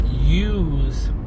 Use